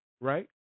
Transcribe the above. right